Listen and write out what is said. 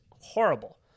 horrible